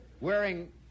wearing